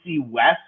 West